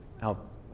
help